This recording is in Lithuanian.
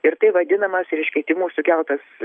ir tai vadinamas reiškia tymų sukeltas